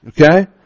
okay